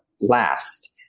last